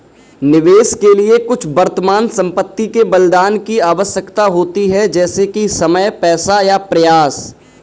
निवेश के लिए कुछ वर्तमान संपत्ति के बलिदान की आवश्यकता होती है जैसे कि समय पैसा या प्रयास